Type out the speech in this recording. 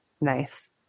Nice